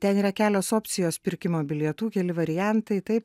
ten yra kelios opcijos pirkimo bilietų keli variantai taip